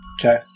Okay